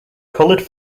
colored